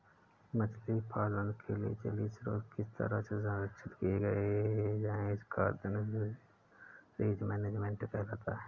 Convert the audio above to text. मछली पालन के लिए जलीय स्रोत किस तरह से संरक्षित किए जाएं इसका अध्ययन फिशरीज मैनेजमेंट कहलाता है